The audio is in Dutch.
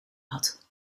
had